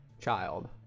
child